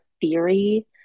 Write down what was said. theory